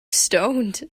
stoned